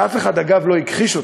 שאף אחד, אגב, לא הכחיש אותם,